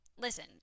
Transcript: listen